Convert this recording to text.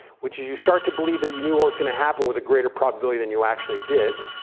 which is you start to believe that you knew what was going to happen with a greater probability than you actually did.